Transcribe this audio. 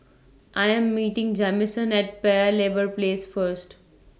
I Am meeting Jamison At Paya Lebar Place First